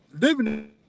living